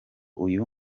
uyu